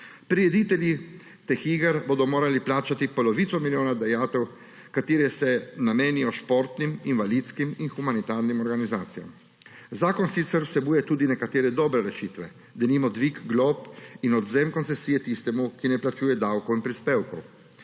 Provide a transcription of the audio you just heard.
Prireditelji teh iger bodo morali plačati polovico milijona dajatev, ki se namenijo športnim, invalidskim in humanitarnim organizacijam. Zakon sicer vsebuje tudi nekatere dobre rešitve, denimo dvig glob in odvzem koncesije tistemu, ki ne plačuje davkov in prispevkov.